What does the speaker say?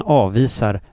avvisar